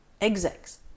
execs